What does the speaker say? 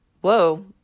Whoa